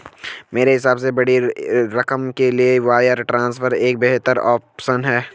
मेरे हिसाब से बड़ी रकम के लिए वायर ट्रांसफर एक बेहतर ऑप्शन है